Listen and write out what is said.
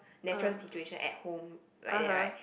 natural situation at home like that right